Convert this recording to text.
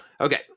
okay